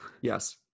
Yes